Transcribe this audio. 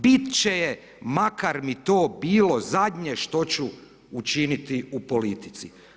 Biti će je, makar mi to bilo zadnje što ću učiniti u politici.